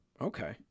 Okay